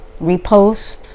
repost